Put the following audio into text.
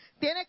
Tiene